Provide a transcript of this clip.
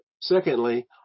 secondly